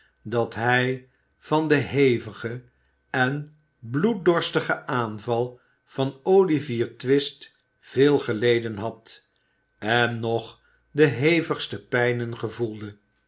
dat hij van den hevigen en bloeddorstigen aanval van olivier twist veel geleden had en nog de hevigste pijnen gevoelde